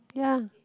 ya